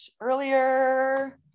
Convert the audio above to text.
earlier